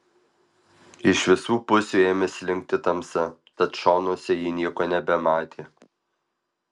iš visų pusių ėmė slinkti tamsa tad šonuose ji nieko nebematė